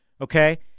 okay